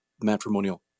matrimonial